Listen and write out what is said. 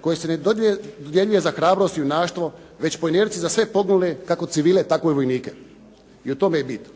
koje se ne dodjeljuje za hrabrost i junaštvo već po inerciji za sve poginule, kako civile, tako i vojnike. I u tome je bit.